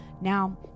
Now